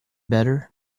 better